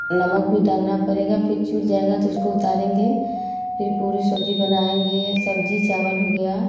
नमक भी डालना पड़ेगा फिर छूट जाएगा तो उसको उतरेंगे फिर पूरी सब्ज़ी बनाएँगे सब्ज़ी चावल हो गया